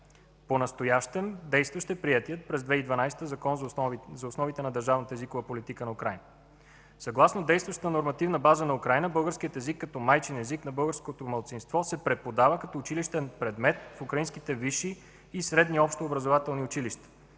Понастоящем действащ е приетият през 2012 г. Закон за основите на държавната езикова политика на Украйна. Съгласно действащата нормативна база на Украйна българският език като майчин език на българското малцинство се преподава като училищен предмет в украинските висши и средни общообразователни училища.